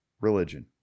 religion